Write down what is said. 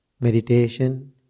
meditation